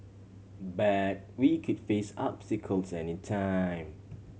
but we could face obstacles any time